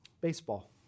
Baseball